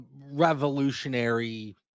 revolutionary